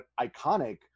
iconic